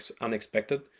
unexpected